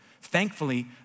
Thankfully